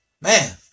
Man